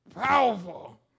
powerful